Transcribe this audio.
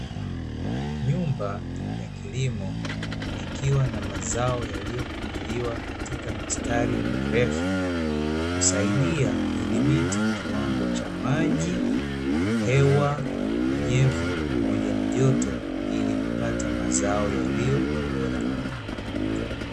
Nyumba ya kilimo ikiwa na mazao yaliyopangiliwa katika mistari mirefu, husaidia kudhibiti kiwango cha maji, hewa, unyevu pamoja na joto ili kupata mazao yaliyo bora.